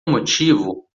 motivo